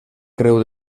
creu